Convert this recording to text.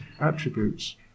attributes